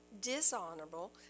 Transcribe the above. dishonorable